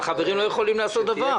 החברים לא יכולים לעשות דבר.